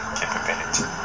capability